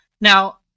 Now